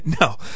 No